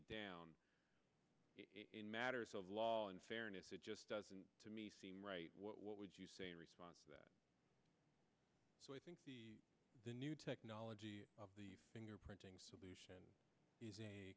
it down in matters of law and fairness it just doesn't to me seem right what would you say in response so i think the new technology of the fingerprinting solution is a